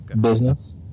business